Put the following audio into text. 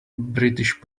british